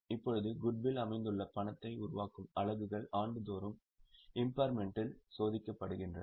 இப்போது குட்வில் அமைந்துள்ள பணத்தை உருவாக்கும் அலகுகள் ஆண்டுதோறும் இம்பார்மென்ட்டிற்கு சோதிக்கப்படுகின்றன